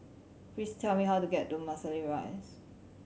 please tell me how to get to Marsiling Rise